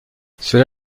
cela